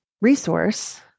resource